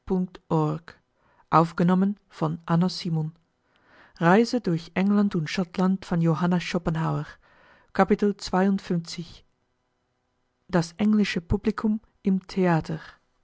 aufzuführen das englische publikum im theater